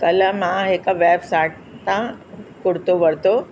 कल्ह मां हिकु वेबसाइट हितां कुर्तो वरितो